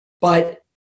But-